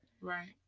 Right